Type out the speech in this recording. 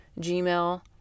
Gmail